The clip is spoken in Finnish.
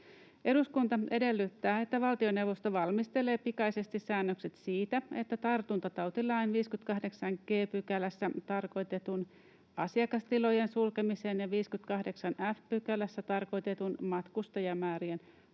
”Eduskunta edellyttää, että valtioneuvosto valmistelee pikaisesti säännökset siitä, että tartuntatautilain 58 g §:ssä tarkoitetun asiakastilojen sulkemisen ja 58 f §:ssä tarkoitetun matkustajamäärien